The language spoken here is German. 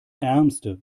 ärmste